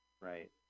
Right